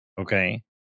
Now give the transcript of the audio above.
okay